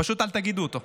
פשוט אל תגידו אותו,